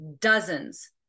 dozens